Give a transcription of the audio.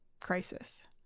crisis